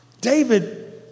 David